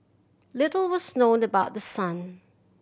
little was known about the son